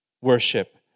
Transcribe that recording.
worship